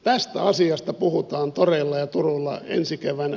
tästä asiasta puhutaan toreilla ja turuilla ensi keväänä